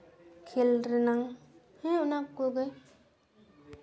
ᱠᱷᱮᱞ ᱨᱮᱱᱟᱝ ᱦᱮᱸ ᱚᱱᱟ ᱠᱚᱜᱮ